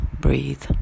breathe